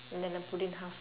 then I put in half